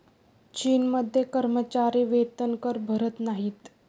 चीनमध्ये कर्मचारी वेतनकर भरत नाहीत